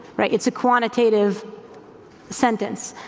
it's a quantitative sentence.